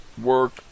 work